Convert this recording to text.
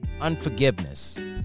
Unforgiveness